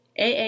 AA